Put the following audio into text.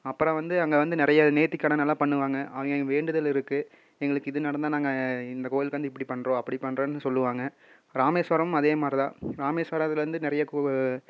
அப்புறம் வந்து அங்கே வந்து நிறைய நேர்த்திக்கடனெல்லாம் பண்ணுவாங்க அங்கே எங்கள் வேண்டுதல் இருக்குது எங்களுக்கு இது நடந்தால் நாங்கள் இந்த கோவிலுக்கு வந்து இப்படி பண்ணுறோம் அப்படி பண்ணுறோம்னு சொல்வாங்க ராமேஸ்வரம் அதேமாதிரி தான் ராமேஸ்வரத்தில் வந்து நிறைய